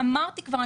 ואמרתי כבר,